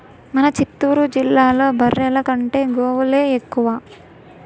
మన చిత్తూరు జిల్లాలో బర్రెల కంటే గోవులే ఎక్కువ